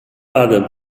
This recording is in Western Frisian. barde